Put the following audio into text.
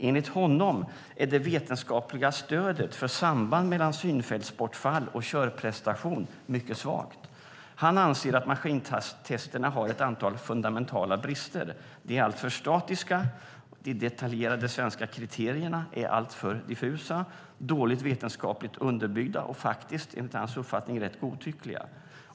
Enligt honom är det vetenskapliga stödet för sambandet mellan synfältsbortfall och körprestation mycket svagt. Han anser att maskintesterna har ett antal fundamentala brister. De är alltför statiska, och de detaljerade svenska kriterierna är alltför diffusa, dåligt vetenskapligt underbyggda och faktiskt enligt hans uppfattning rätt godtyckliga.